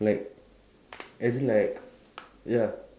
like as in like ya